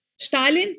Stalin